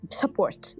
support